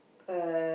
uh